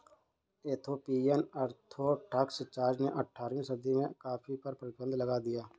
Ethiopian Orthodox Church ने अठारहवीं सदी में कॉफ़ी पर प्रतिबन्ध लगा दिया